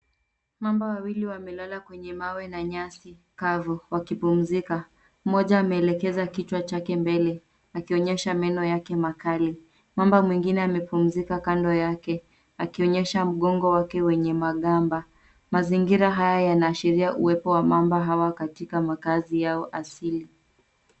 Mamba wawili wamelala kwenye mawe na nyasi kavu wakipumzika. Mmoja ameelekeza kichwa chake mbele, akionyesha meno yake makali, mamba mwingine amepumzika kando yake akionyesha mgongo wake wenye magamba. Mazingira haya yanaashiria uwepo wa mamba hawa katika makazi yao asili.